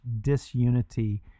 disunity